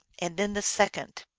and then the second.